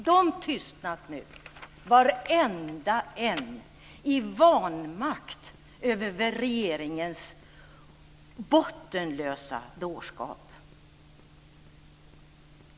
De tystnat nu varenda en, i vanmakt över regeringens bottenlösa dårskap.